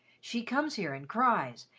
she comes here and cries,